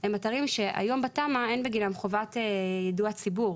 הם אתרים שהיום בתמ"א אין בגינם חובת יידוע הציבור